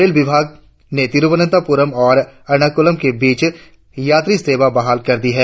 rail विभाग ने तिरुअनंतप्रम और एर्नाकुलम के बीच यात्री सेवा बहाल कर दी है